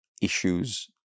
issues